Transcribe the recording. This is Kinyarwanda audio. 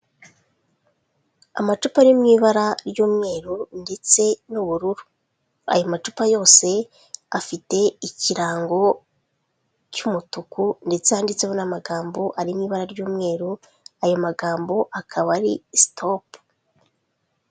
Amacupa ari mu ibara ry'umweru ndetse n'ubururu, ayo macupa yose afite ikirango cy'umutuku ndetse handitseho n'amagambo ari mu ibara ry'umweru, aya magambo akaba ari Sitopu.